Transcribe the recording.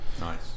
Nice